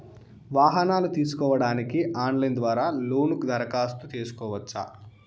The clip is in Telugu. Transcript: వాహనాలు తీసుకోడానికి ఆన్లైన్ ద్వారా లోను దరఖాస్తు సేసుకోవచ్చా?